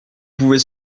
pouvez